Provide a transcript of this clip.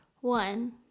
One